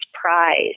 prize